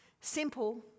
Simple